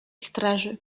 straży